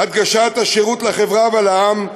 הדגשת השירות לחברה ולעם,